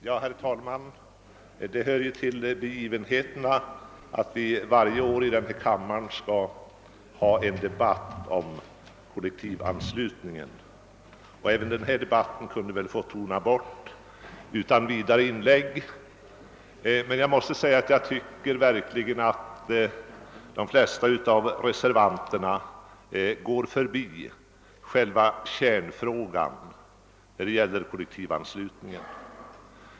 Herr talman! Det hör ju till de sedvanliga begivenheterna att vi varje år i denna kammare har en debatt om kollektivanslutningen. Dagens debatt kunde väl i och för sig få tona bort utan vidare inlägg, men jag har ett behov av att framhålla att de flesta av reservanterna går förbi själva kärnfrågan när det gäller kollektivanslutningen.